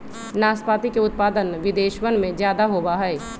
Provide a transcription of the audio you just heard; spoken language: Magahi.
नाशपाती के उत्पादन विदेशवन में ज्यादा होवा हई